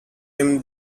him